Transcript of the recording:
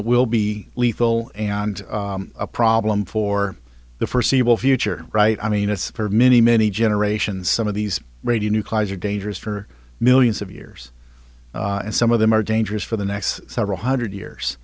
it will be lethal and a problem for the forseeable future right i mean it's for many many generations some of these radionuclides are dangerous for millions of years and some of them are dangerous for the next several hundred